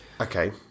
Okay